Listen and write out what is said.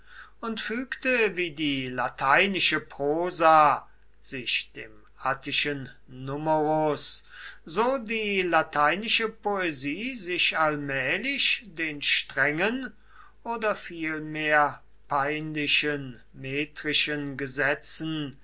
und fügte wie die lateinische prosa sich dem attischen numerus so die lateinische poesie sich allmählich den strengen oder vielmehr peinlichen metrischen gesetzen